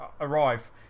arrive